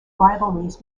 rivalries